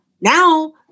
now